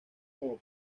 como